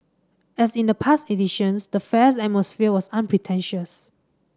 as in the past editions the Fair's atmosphere was unpretentious